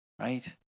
right